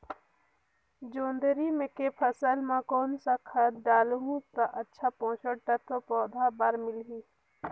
जोंदरी के फसल मां कोन सा खाद डालहु ता अच्छा पोषक तत्व पौध बार मिलही?